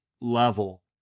level